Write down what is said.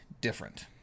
different